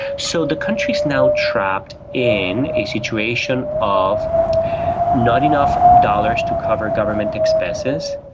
so the country is now trapped in a situation of not enough dollars to cover government expenses,